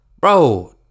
Bro